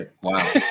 wow